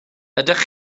ydych